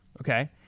okay